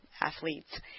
athletes